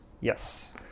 Yes